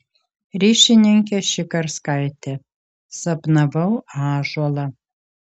ryšininkė šikarskaitė sapnavau ąžuolą